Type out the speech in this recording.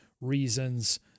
reasons